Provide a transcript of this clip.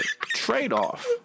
trade-off